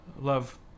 Love